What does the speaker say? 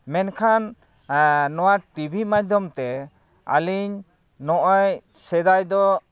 ᱢᱮᱱᱠᱷᱟᱱ ᱱᱚᱣᱟ ᱴᱤᱵᱷᱤ ᱢᱟᱫᱽᱫᱷᱚᱢᱛᱮ ᱟᱹᱞᱤᱧ ᱱᱚᱜᱼᱚᱭ ᱥᱮᱫᱟᱭ ᱫᱚ